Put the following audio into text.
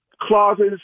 clauses